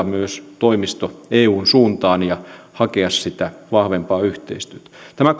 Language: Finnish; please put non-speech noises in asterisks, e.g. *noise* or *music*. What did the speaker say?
*unintelligible* myös toimisto eun suuntaan ja tulisi hakea vahvempaa yhteistyötä tämä *unintelligible*